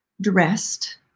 dressed